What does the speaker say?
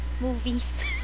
movies